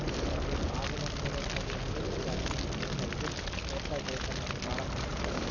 ಹಾವಿನ ಸೋರೆ ಕಾಯಿ ಅಂದುರ್ ಬ್ಯಾಸಗಿ ಕುಂಬಳಕಾಯಿ ಇದು ತೋಟದಾಗ್ ಬೆಳೀತಾರ್ ಮತ್ತ ಭಾಳ ಕಹಿ ಇರ್ತುದ್